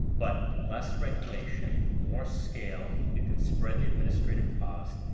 but less regulation, more scale. you can spread the administrative costs.